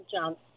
jump